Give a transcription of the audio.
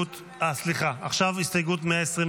עכשיו הסתייגות 125,